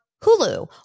Hulu